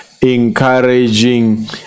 encouraging